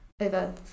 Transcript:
over